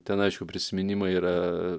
ten aišku prisiminimai yra